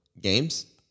games